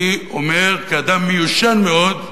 אני אומר כאדם מיושן מאוד,